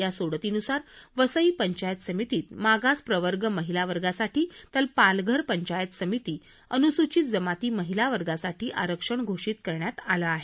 या सोडतीन्सार वसई पंचायत समितीत मागास प्रवर्ग महिला वर्गासाठी तर पालघर पंचायत समितीत अनुसूचित जमाती महिला वर्गासाठी आरक्षण घोषित करण्यात आलं आहे